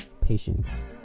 patience